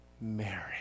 Mary